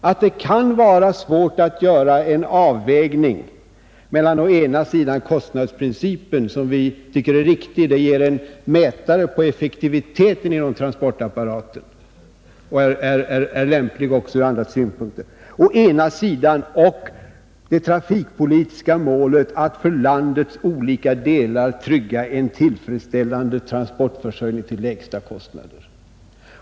— att det kan vara svårt att göra en avvägning mellan å ena sidan kostnadsprincipen, som vi tycker är riktig — bl.a. därför att den ger en mätare på effektiviteten av transportapparaten — och å andra sidan det trafikpolitiska målet att för landets olika delar trygga en tillfredsställande transportförsörjning till lägsta kostnad.